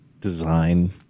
design